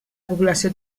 població